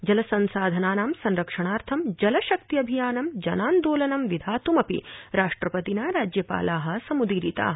जल संसाधनानां संरक्षणार्थं जल शक्ति अभियानं जनान्दोलनं विधातुमपि राष्ट्रपतिना राज्यपाला सम्दीरिता